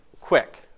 quick